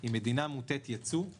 היא מדינה מוטת יצוא.